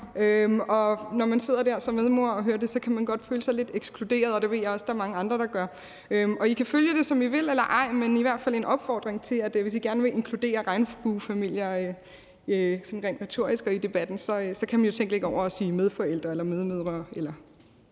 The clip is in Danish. og når man sidder der som medmor og hører det, kan man godt føle sig lidt ekskluderet, og det ved jeg også at der er mange andre der gør. I kan følge det, som I vil eller ej, men det er i hvert fald en opfordring til, at hvis I gerne vil inkludere regnbuefamilier sådan rent retorisk og i debatten, kan I jo tænke lidt over at sige medforældre eller medmødre eller